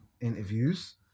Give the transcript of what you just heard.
interviews